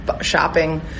shopping